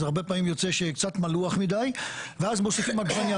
אז הרבה פעמים יוצא שקצת מלוח מדי ואז מוסיפים עגבנייה